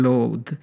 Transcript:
Load